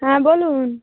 হ্যাঁ বলুন